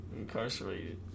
incarcerated